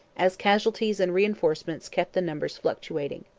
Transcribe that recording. as casualties and reinforcements kept the numbers fluctuating.